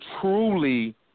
truly –